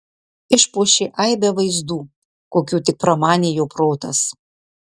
išpuošė aibe vaizdų kokių tik pramanė jo protas